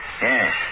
Yes